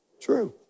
true